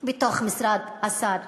בתוך משרד השר,